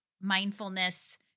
mindfulness